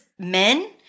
Men